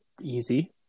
easy